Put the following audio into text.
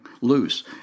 loose